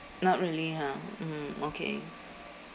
not really ha mmhmm okay